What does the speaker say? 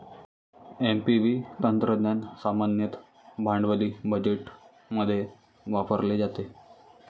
NPV तंत्रज्ञान सामान्यतः भांडवली बजेटमध्ये वापरले जाते